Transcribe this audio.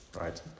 right